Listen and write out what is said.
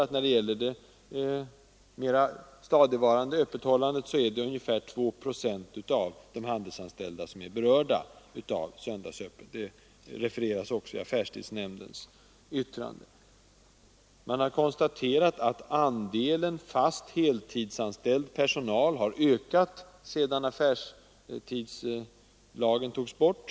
Vad beträffar det mera stadigvarande öppethållandet är det ungefär 2 procent av de handelsanställda som är berörda av söndagsöppet. Detta refereras också i affärstidsnämndens yttrande. Det har konstaterats att andelen fast heltidsanställd personal har ökat sedan affärstidslagen togs bort.